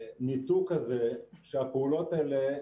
והניתוק הזה שהפעולות האלה,